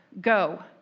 Go